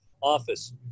office